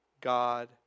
God